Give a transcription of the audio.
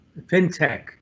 FinTech